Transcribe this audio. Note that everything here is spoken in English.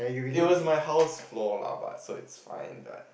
it was my house floor lah but so it's fine right